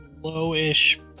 low-ish